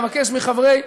אבקש מחברי,